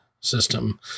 system